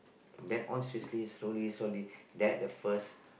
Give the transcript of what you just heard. from then on seriously slowly slowly that the first